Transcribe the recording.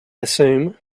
assume